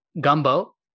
gumbo